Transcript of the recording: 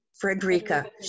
Frederica